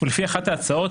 ולפי אחת ההצעות,